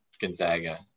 Gonzaga